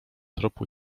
tropu